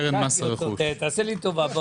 תעשה לי טובה.